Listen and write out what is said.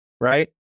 right